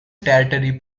territory